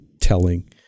telling